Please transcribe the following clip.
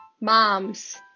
moms